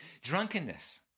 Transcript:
Drunkenness